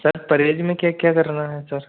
sir परहेज में क्या क्या करना है सर